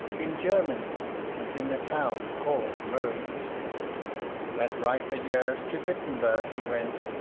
in germany, within a town call'd rhodes at riper years, to wittenberg he went,